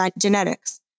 genetics